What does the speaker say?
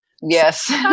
yes